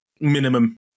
Minimum